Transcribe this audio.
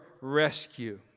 rescue